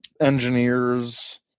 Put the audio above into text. engineers